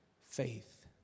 faith